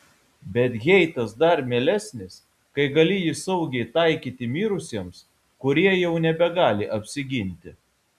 bet heitas dar mielesnis kai gali jį saugiai taikyti mirusiems kurie jau nebegali apsiginti